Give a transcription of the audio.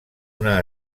una